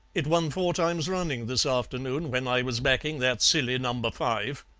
it won four times running this afternoon when i was backing that silly number five